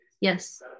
Yes